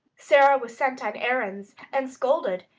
sara was sent on errands, and scolded,